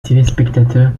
téléspectateurs